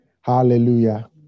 Hallelujah